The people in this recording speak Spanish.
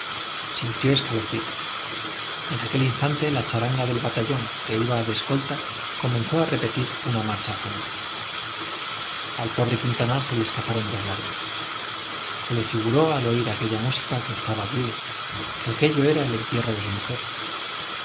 sintió escalofríos en aquel instante la charanga del batallón que iba de escolta comenzó a repetir una marcha fúnebre al pobre quintanar se le escaparon dos lágrimas se le figuró al oír aquella música que estaba viudo que aquello era el entierro de su mujer